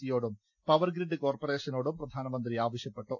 സിയോടും power grid കോർപ്പറേഷനോടും പ്രധാനമന്ത്രി ആവശ്യപ്പെട്ടു